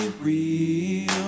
real